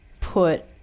put